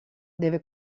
deve